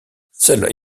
seul